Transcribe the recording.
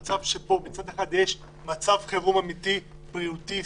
מצד אחד יש מצב חירום בריאותי אמיתי,